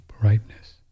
brightness